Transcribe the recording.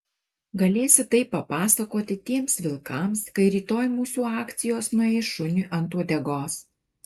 galėsi tai papasakoti tiems vilkams kai rytoj mūsų akcijos nueis šuniui ant uodegos